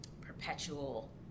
perpetual